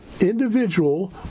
individual